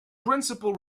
principal